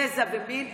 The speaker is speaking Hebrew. גזע ומין,